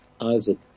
Isaac